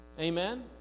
Amen